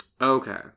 Okay